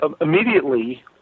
immediately